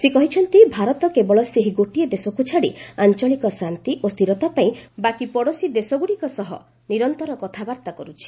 ସେ କହିଛନ୍ତି ଭାରତ କେବଳ ସେହି ଗୋଟିଏ ଦେଶକ୍ତ ଛାଡ଼ି ଆଞ୍ଚଳିକ ଶାନ୍ତି ଓ ସ୍ଥିରତା ପାଇଁ ବାକି ପଡ଼ୋଶୀ ଦେଶଗ୍ରଡ଼ିକ ସହ ନିରନ୍ତର କଥାବାର୍ତ୍ତା କର୍ରଛି